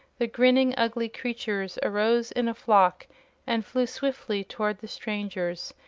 the grinning, ugly creatures arose in a flock and flew swiftly toward the strangers,